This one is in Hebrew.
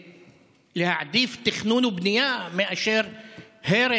ולהעדפת תכנון ובנייה על הרס